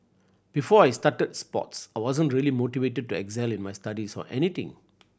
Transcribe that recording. before I started sports I wasn't really motivated to excel in my studies or anything